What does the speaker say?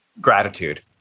gratitude